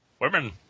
Women